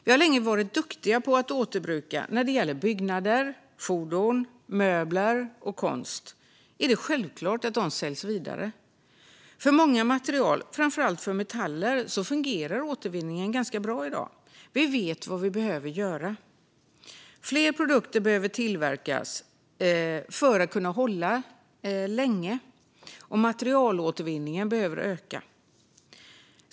Vi har länge varit duktiga på att återbruka. När det gäller byggnader, fordon, möbler och konst är det självklart att de säljs vidare. För många material, framför allt för metaller, fungerar återvinningen ganska bra i dag. Vi vet vad vi behöver göra. Fler produkter behöver tillverkas för att kunna hålla länge, och materialåtervinningen behöver öka.